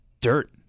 dirt